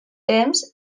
temps